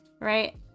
right